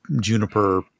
Juniper